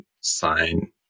sign